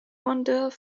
wandered